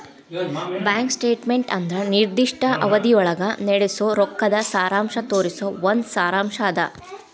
bank statement ಅಂದ್ರ ನಿರ್ದಿಷ್ಟ ಅವಧಿಯೊಳಗ ನಡಸೋ ರೊಕ್ಕದ್ ಸಾರಾಂಶ ತೋರಿಸೊ ಒಂದ್ ಸಾರಾಂಶ್ ಅದ